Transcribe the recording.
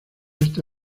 esta